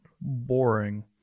boring